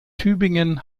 tübingen